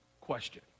Question